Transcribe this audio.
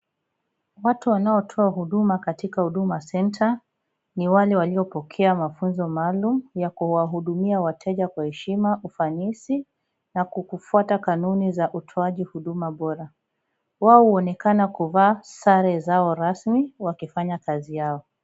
Watu wanaotoa huduma katika Huduma Center, ni wale waliopokea mafunzo maalum ya kuwahudumia wateja kwa heshima, ufanisi, na kukufuata kanuni za utoaji huduma bora. Wao huonekana kuvaa sare zao rasmi wakifanya kazi yao.